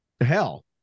hell